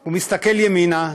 הוא מסתכל ימינה,